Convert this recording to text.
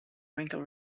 wrinkle